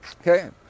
okay